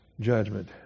judgment